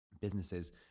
businesses